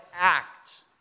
act